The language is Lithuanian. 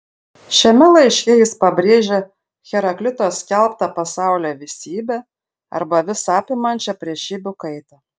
šiame laiške jis pabrėžia heraklito skelbtą pasaulio visybę arba visą apimančią priešybių kaitą